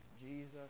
Jesus